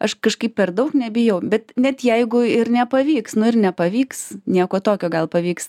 aš kažkaip per daug nebijau bet net jeigu ir nepavyks nu ir nepavyks nieko tokio gal pavyks